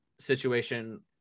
situation